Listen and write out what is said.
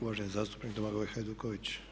uvaženi zastupnik Domagoj Hajduković.